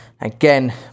Again